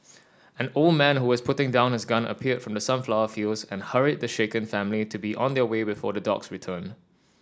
an old man who was putting down his gun appeared from the sunflower fields and hurried the shaken family to be on their way before the dogs return